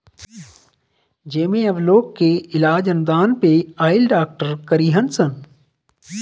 जेमे अब लोग के इलाज अनुदान पे आइल डॉक्टर करीहन सन